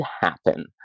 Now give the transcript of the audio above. happen